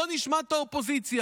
בואו נשמע את האופוזיציה.